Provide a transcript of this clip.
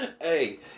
hey